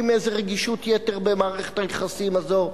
מאיזה רגישות יתר במערכת היחסים הזאת.